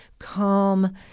calm